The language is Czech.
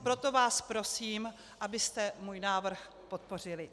Proto vás prosím, abyste můj návrh podpořili.